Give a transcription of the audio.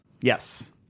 Yes